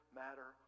matter